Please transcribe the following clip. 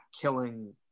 killing